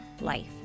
life